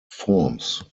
forms